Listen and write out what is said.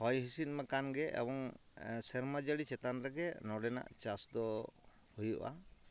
ᱦᱚᱭ ᱦᱤᱸᱥᱤᱫᱽ ᱢᱟ ᱠᱟᱱᱜᱮ ᱮᱵᱚᱝ ᱥᱮᱨᱢᱟ ᱡᱟᱹᱲᱤ ᱪᱮᱛᱟᱱ ᱨᱮᱜᱮ ᱱᱚᱰᱮᱱᱟᱜ ᱪᱟᱥᱫᱚ ᱦᱩᱭᱩᱜᱼᱟ